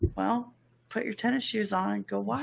well put your tennis shoes on and go, wow.